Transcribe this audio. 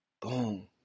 Boom